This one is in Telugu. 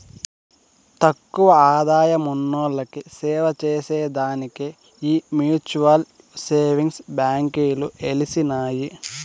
తక్కువ ఆదాయమున్నోల్లకి సేవచేసే దానికే ఈ మ్యూచువల్ సేవింగ్స్ బాంకీలు ఎలిసినాయి